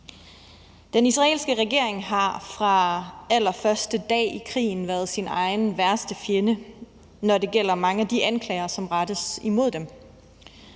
Den israelske regering har fra allerførste dag i krigen været sin egen værste fjende, når det gælder mange af de anklager, som rettes imod den.